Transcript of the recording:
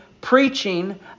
preaching